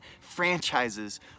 franchises